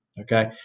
Okay